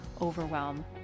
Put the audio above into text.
overwhelm